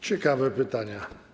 Ciekawe pytania.